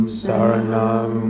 saranam